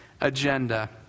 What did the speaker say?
agenda